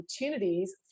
opportunities